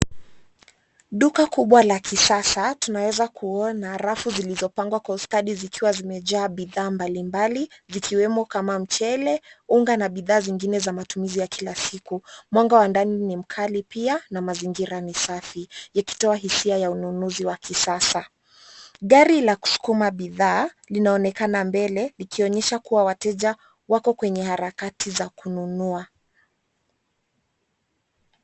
Duka kubwa la kisasa, tunaweza kuona rafu zilizopangwa kwa ustadi zikiwa zimejaa bidhaa mbalimbali zikiwemo kama mchele, unga na bidhaa zingine za matumizi ya kila siku. Mwanga wa ndani ni mkali pia na mazingira ni safi yakitoa hisia ya ununuzi wa kisasa. Gari la kusukuma bidhaa linaonekana mbele, likionyesha kuwa wateja wako kwenye harakati za kununua.